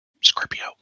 Scorpio